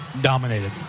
dominated